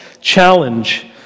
challenge